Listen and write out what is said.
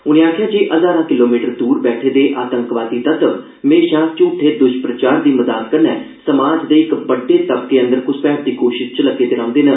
उने आखेआ ऐ जे हजारा किलोमीटर दूर बैठक दे आतंकवादी तत्व म्हेशां झूठे दुष्प्रचार दी मदाद कन्नै समाज दे इक बड्डे तबके अंदर घुसपैठ दी कोशश च लग्गे दे रौंहदे न